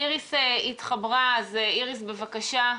איריס פלורנטין, בבקשה.